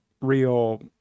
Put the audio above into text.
real